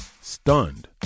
stunned